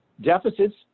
deficits